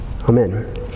Amen